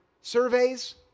surveys